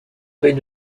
avait